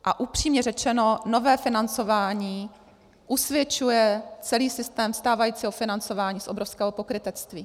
A upřímně řešeno, nové financování usvědčuje celý systém stávajícího financování z obrovského pokrytectví.